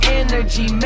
energy